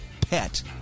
pet